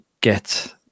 get